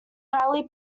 highly